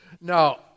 Now